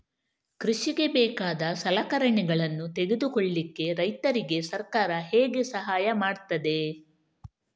ಕೃಷಿಗೆ ಬೇಕಾದ ಸಲಕರಣೆಗಳನ್ನು ತೆಗೆದುಕೊಳ್ಳಿಕೆ ರೈತರಿಗೆ ಸರ್ಕಾರ ಹೇಗೆ ಸಹಾಯ ಮಾಡ್ತದೆ?